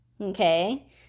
okay